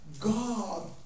God